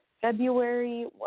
February